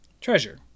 Treasure